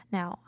Now